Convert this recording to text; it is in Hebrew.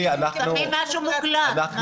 תביא משהו מוקלט.